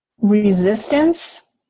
resistance